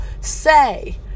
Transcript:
say